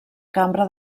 cambra